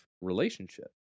relationship